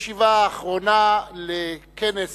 ישיבה אחרונה לכנס